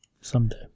Someday